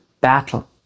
battle